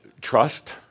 trust